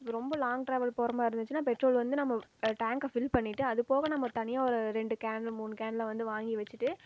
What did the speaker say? ரொம்ப long travel போகிற மாரியிருந்துச்சின்னா பெட்ரோல் வந்து நம்ம டேங்க்கை ஃபில் பண்ணிகிட்டு அது போக நம்ம தனியாக ஒரு ரெண்டு கேன் மூணு கேன்லாம் வந்து வாங்கி வைச்சிட்டு